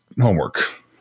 homework